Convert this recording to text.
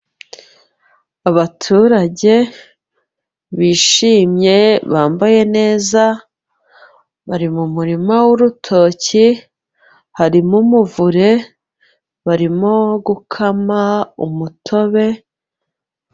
Abaturage bishimye, bambaye neza, bari mu murima w'urutok,i harimo umuvure, barimo gukama umutobe.